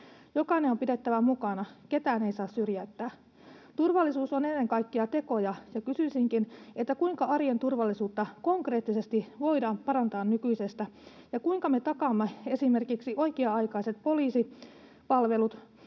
Jokainen on pidettävä mukana. Ketään ei saa syrjäyttää. Turvallisuus on ennen kaikkea tekoja, ja kysyisinkin: kuinka arjen turvallisuutta konkreettisesti voidaan parantaa nykyisestä, ja kuinka me takaamme esimerkiksi oikea-aikaiset poliisipalvelut,